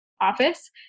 office